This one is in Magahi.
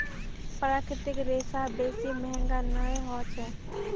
प्राकृतिक रेशा बेसी महंगा नइ ह छेक